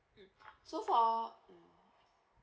mm so for